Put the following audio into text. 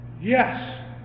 Yes